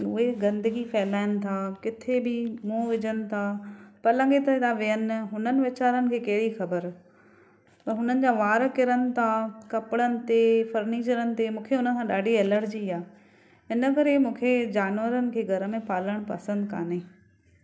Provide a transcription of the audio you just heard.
उहे गंदगी फैलाइनि था किथे बि मुंहुं विझनि था पलंग ते था वेहनि हुननि वेचारनि खे कहिड़ी ख़बर पर हुननि जा वार किरनि था कपिड़नि ते फर्नीचरनि ते मूंखे हुन सां ॾाढी एलर्जी आहे इन करे मूंखे जानवरनि खे घर में पालणु पसंदि कान्हे